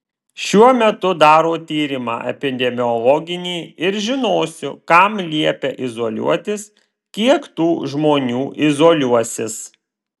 šiuo metu daro tyrimą epidemiologinį ir žinosiu kam liepia izoliuotis kiek tų žmonių izoliuosis